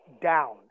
down